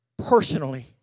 personally